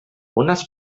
unes